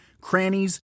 crannies